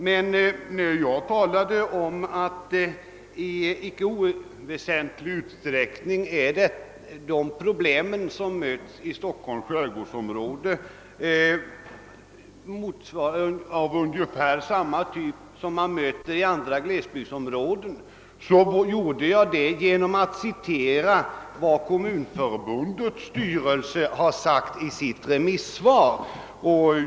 När jag sade att de problem som möter i Stockholms skärgårdsområde är av ungefär samma typ som i andra glesbygdsområden, så gjorde jag det genom att citera vad Kommunförbundets styrelse sagt i sitt remissvar.